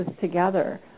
together